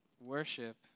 Worship